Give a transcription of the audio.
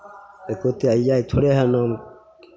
ओतेक याद थोड़े हइ नाम